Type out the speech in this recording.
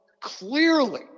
clearly